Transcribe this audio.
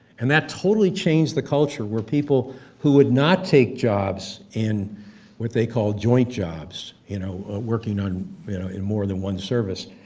and that totally changed the culture where people who would not take jobs in what they called joint jobs, you know, working you know in more than one service.